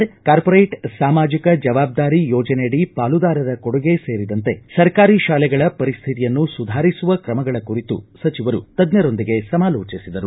corporate ಸಾಮಾಜಿಕ ಜವಾಬ್ದಾರಿ ಯೋಜನೆಯಡಿ ಪಾಲುದಾರರ ಕೊಡುಗೆ ಸೇರಿದಂತೆ ಸರ್ಕಾರಿ ಶಾಲೆಗಳ ಪರಿಸ್ಥಿತಿಯನ್ನು ಸುಧಾರಿಸುವ ಕ್ರಮಗಳ ಕುರಿತು ಸಚಿವರು ತಜ್ಞರೊಂದಿಗೆ ಅವರು ಸಮಾಲೋಚಿಸಿದರು